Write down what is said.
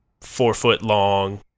four-foot-long